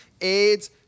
AIDS